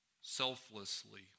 selflessly